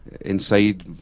inside